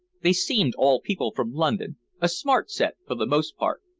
they seemed all people from london a smart set for the most part.